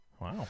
Wow